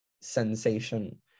sensation